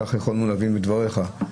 ככה יכולנו להבין מדבריך?